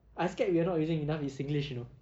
I scared we are not using enough in singlish you know